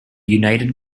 united